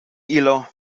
illo